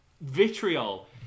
vitriol